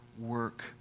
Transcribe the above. Work